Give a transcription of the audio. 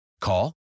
Call